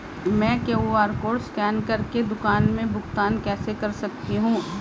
मैं QR code scan कर के दुकान में भुगतान कैसे कर सकती हूँ?